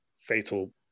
fatal